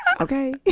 Okay